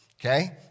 Okay